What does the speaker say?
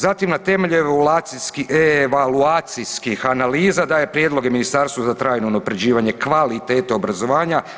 Zatim na temelju evaluacijskih analiza dalje prijedloge ministarstvu za trajno unapređivanje kvalitete obrazovanja.